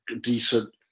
decent